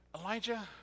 Elijah